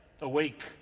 awake